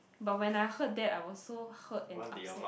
but when I heard that I was so hurt and upset